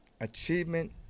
achievement